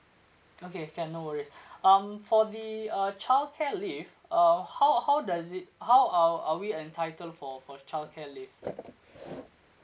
okay can no worry um for the uh childcare leave uh how how does it how are are we entitled for for childcare leave